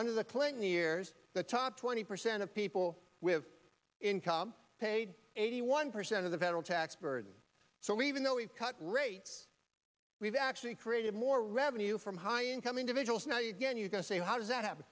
under the clinton years the top twenty percent of people with income paid eighty one percent of the federal tax burden so even though we've cut rates we've actually created more revenue from high income individuals now you can you can say how does that happen